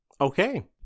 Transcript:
Okay